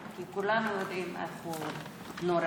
כי כולנו יודעים איך הוא נורה,